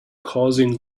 causing